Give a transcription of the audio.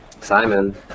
Simon